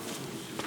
מכובדי היושב-ראש,